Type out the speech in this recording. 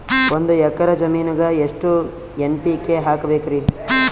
ಒಂದ್ ಎಕ್ಕರ ಜಮೀನಗ ಎಷ್ಟು ಎನ್.ಪಿ.ಕೆ ಹಾಕಬೇಕರಿ?